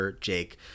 Jake